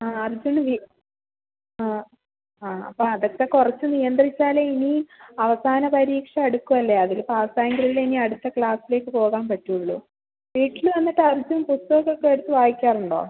ആ അർജ്ജുന് ആ ആ അപ്പം അതൊക്കെ കുറച്ച് നിയന്ത്രിച്ചാലേ ഇനി അവസാന പരീക്ഷ അടുക്കുവല്ലേ അതിൽ പാസ് ആയെങ്കിൽ അല്ലേ ഇനി അടുത്ത ക്ലാസ്സിലേക്ക് പോവാൻ പറ്റുകയുള്ളൂ വീട്ടിൽ വന്നിട്ട് അർജ്ജുൻ പുസ്തകം ഒക്കെ എടുത്ത് വായിക്കാറുണ്ടോ